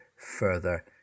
further